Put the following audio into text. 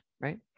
right